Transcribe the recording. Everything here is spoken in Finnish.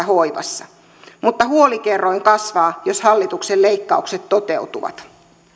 hoivassa mutta huolikerroin kasvaa jos hallituksen leikkaukset toteutuvat